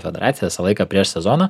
federacija visą laiką prieš sezoną